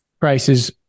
prices